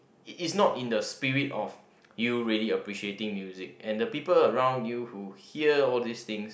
it is not in the spirit of you really appreciating music and the people around you who hear all these things